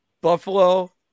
Buffalo